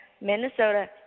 Minnesota